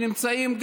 שנמצאים,